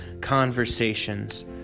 conversations